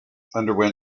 underwent